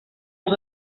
els